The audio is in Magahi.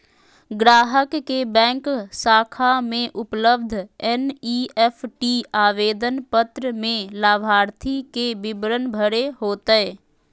ग्राहक के बैंक शाखा में उपलब्ध एन.ई.एफ.टी आवेदन पत्र में लाभार्थी के विवरण भरे होतय